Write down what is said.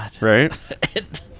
right